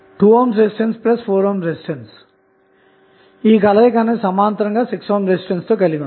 అటువంటప్పుడు మనకు RThv0i0 విలువ లభిస్తుంది